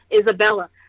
Isabella